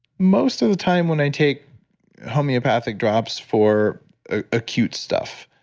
most of the time when i take homeopathic drops for ah acute stuff,